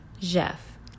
jeff